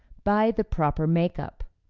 by the proper makeup.